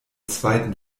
zweiten